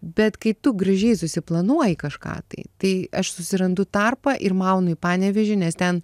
bet kai tu gražiai susiplanuoji kažką tai tai aš susirandu tarpą ir maunu į panevėžį nes ten